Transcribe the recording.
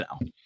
now